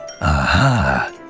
Aha